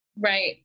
Right